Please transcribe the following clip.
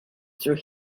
through